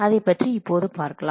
அதைப் பற்றி இப்போது பார்க்கலாம்